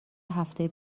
هفته